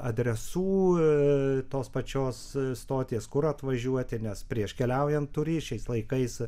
adresų ir tos pačios stoties kur atvažiuoti nes prieš keliaujant turi šiais laikais